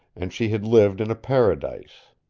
and she had lived in a paradise.